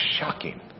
Shocking